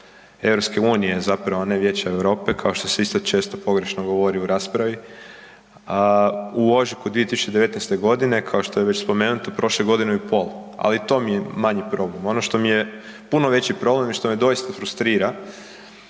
Vijeća EU, zapravo ne Vijeća Europe, kao što se isto često pogrešno govori u raspravi, u ožujku 2019.g. kao što je već spomenuto prošlo je godinu i pol, ali i to mi je manji problem. Ono što mi je puno veći problem i što me doista frustrira,